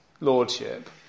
lordship